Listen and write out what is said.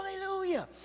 Hallelujah